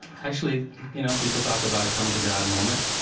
actually you know people talk about a come to god moment,